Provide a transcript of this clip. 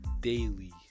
daily